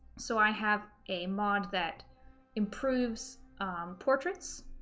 so i have a mod that improves portraits,